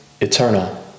eternal